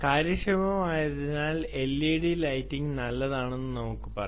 കാര്യക്ഷമമായതിനാൽ LED lighting നല്ലതാണെന്ന് നമുക്ക് പറയാം